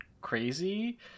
crazy